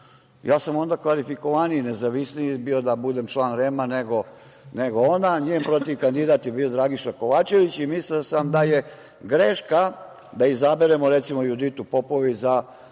ja sam onda kvalifikovaniji i nezavisniji bio da budem član REM-a nego ona. Njen protivkandidat je bio Dragiša Kovačević i mislio sam da je greška da izaberemo, recimo, Juditu Popović za